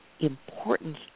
importance